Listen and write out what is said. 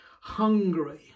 hungry